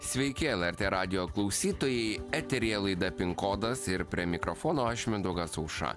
sveiki lrt radijo klausytojai eteryje laida pin kodas ir prie mikrofono aš mindaugas aušra